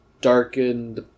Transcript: darkened